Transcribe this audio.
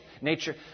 nature